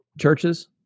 churches